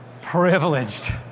Privileged